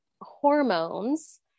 hormones